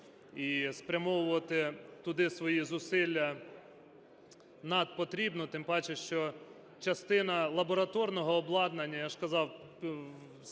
І спрямовувати туди свої зусилля нам потрібно, тим паче, що частина лабораторного обладнання, я ж казав,